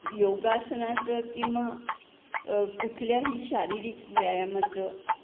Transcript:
योगासनाचं किंवा कुठल्याही शारीरिक व्यायामाचं